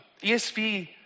ESV